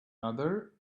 other